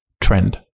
trend